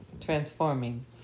transforming